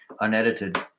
unedited